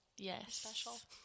Yes